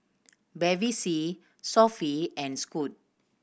Bevy C Sofy and Scoot